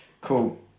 cool